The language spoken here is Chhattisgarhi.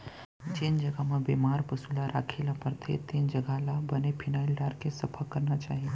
जेन जघा म बेमार पसु ल राखे ल परथे तेन जघा ल बने फिनाइल डारके सफा करना चाही